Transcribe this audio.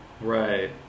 Right